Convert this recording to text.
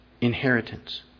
inheritance